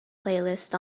playlist